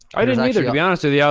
i didn't either, to be honest with yeah